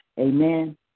amen